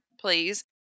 please